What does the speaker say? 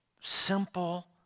simple